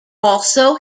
also